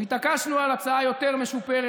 והתעקשנו על הצעה משופרת יותר.